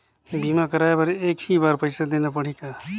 बीमा कराय बर एक ही बार पईसा देना पड़ही का?